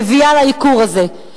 מביאה לייקור הזה.